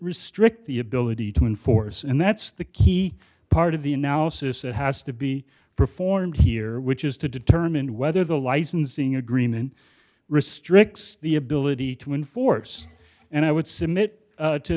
restrict the ability to enforce and that's the key part of the analysis that has to be performed here which is to determine whether the licensing agreement restricts the ability to enforce and i would submit to